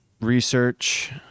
research